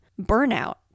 burnout